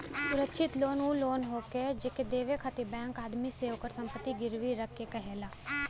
सुरक्षित लोन उ लोन हौ जेके देवे खातिर बैंक आदमी से ओकर संपत्ति गिरवी रखे के कहला